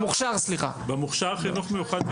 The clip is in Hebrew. בשנים האחרונות זה במוכשר חינוך מיוחד.